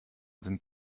sind